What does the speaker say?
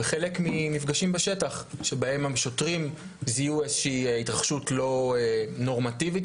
וחלק ממפגשים בשטח שבהם השוטרים זיהו איזושהי התרחשות לא נורמטיבית,